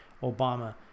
Obama